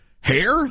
Hair